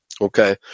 Okay